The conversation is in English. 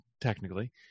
technically